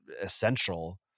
essential